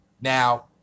Now